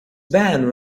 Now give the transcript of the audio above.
ban